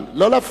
אבל לא להפריע.